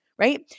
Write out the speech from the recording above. right